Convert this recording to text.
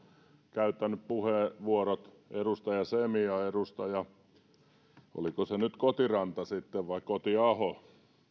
käyttäneet puheenvuorot edustaja semi ja edustaja oliko se nyt kotiranta sitten vai kotiaho